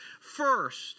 first